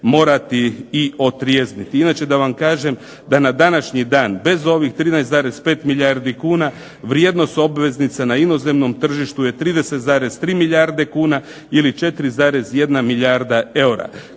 morati i otrijezniti. Inače da vam kažem da na današnji dan bez ovih 13,5 milijardi kuna vrijednost obveznica na inozemnom tržištu je 30,3 milijarde kuna ili 4,1 milijarda eura.